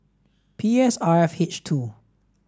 P S R F H two